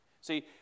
see